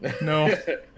No